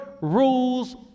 rules